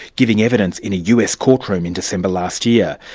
giving evidence in a us court room in december last year.